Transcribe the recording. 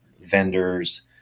vendors